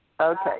okay